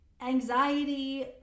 anxiety